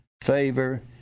favor